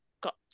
got